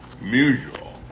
Mutual